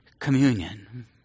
communion